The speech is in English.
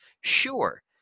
Sure